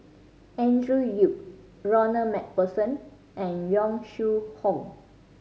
Andrew Yip Ronald Macpherson and Yong Shu Hoong